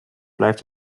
blijft